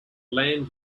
land